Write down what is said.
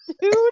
Dude